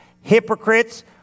hypocrites